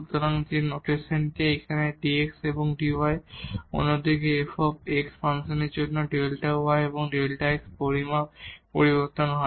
সুতরাং যে নোটেশনটি এখানে dx এবং dy অন্যদিকে f ফাংশনের জন্য Δ y এবং Δ x পরিমাপ পরিবর্তন হয়